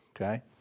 Okay